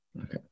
Okay